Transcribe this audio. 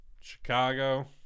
Chicago